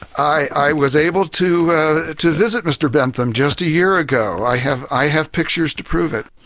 i i was able to ah to visit mr bentham just a year ago. i have i have pictures to prove it.